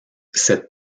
cette